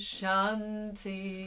Shanti